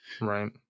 Right